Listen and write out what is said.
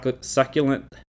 succulent